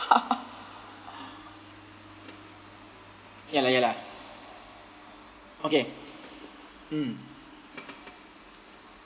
ya lah ya lah okay mm